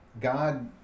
God